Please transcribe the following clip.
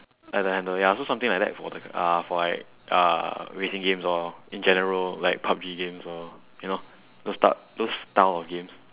like the handle ya so something like that for the uh for like uh racing games lor in general like PUBG games lor you know those typ~ those style of games